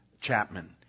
Chapman